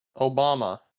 Obama